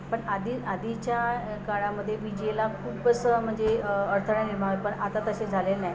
पण आधी आधीच्या काळामध्ये वीजेला खूप असं म्हणजे अडथळा निर्माण पण आता तसे झाले नाही